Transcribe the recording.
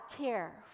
care